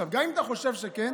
גם אם אתה חושב שכן,